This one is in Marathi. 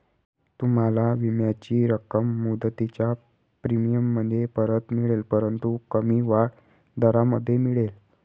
तुम्हाला विम्याची रक्कम मुदतीच्या प्रीमियममध्ये परत मिळेल परंतु कमी वाढ दराने मिळेल